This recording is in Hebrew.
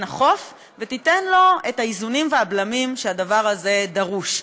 החוף ותיתן לו את האיזונים והבלמים שהדבר הזה דרוש.